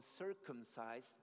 uncircumcised